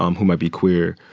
um who might be queer.